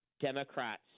Democrats